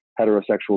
heterosexual